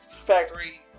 factory